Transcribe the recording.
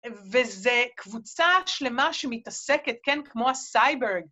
וזה קבוצה שלמה שמתעסקת, כן, כמו הסייברג.